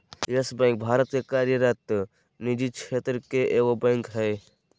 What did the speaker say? yes Bank Bharat में कार्यरत निजी क्षेत्र के एगो बैंक हइ